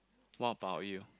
what about you